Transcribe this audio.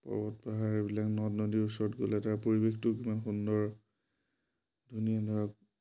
পৰ্বত পাহাৰ এইবিলাক নদ নদীৰ ওচৰত গ'লে তাৰ পৰিৱেশটো কিমান সুন্দৰ ধুনীয়া ধৰক